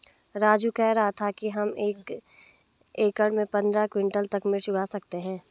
राजू कह रहा था कि हम एक एकड़ में पंद्रह क्विंटल तक मिर्च उगा सकते हैं